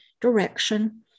direction